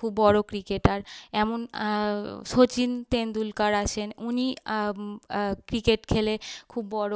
খুব বড় ক্রিকেটার এমন সচিন তেন্ডুলকর আছেন উনি ক্রিকেট খেলে খুব বড়